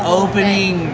opening